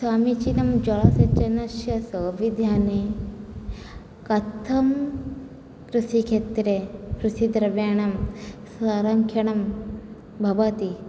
समीचीनं जलसिञ्चनस्य सौविध्यानि कथं कृषिखेत्रे कृषिद्रव्याणां सरक्षणं भवति